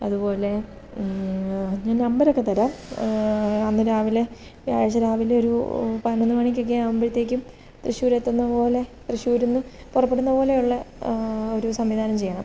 അതുപോലെ ഞാൻ നമ്പറൊക്കെ തരാം അന്ന് രാവിലെ വ്യാഴാഴ്ച രാവിലെ ഒരു പതിനൊന്ന് മണിക്കൊക്കെയാവുമ്പോഴത്തേക്കും തൃശൂരെത്തുന്ന പോലെ തൃശ്ശൂരുനിന്നു പുറപ്പെടുന്ന പോലെയുള്ള ഒരു സംവിധാനം ചെയ്യണം